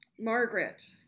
Margaret